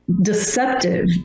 deceptive